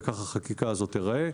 וכך החקיקה הזאת תיראה,